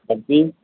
barfi